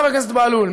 חבר הכנסת בהלול,